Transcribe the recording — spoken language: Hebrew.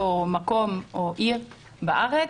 אותו מקום או עיר בארץ.